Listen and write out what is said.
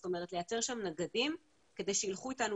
זאת אומרת לייצר שם נגדים כדי שילכו איתנו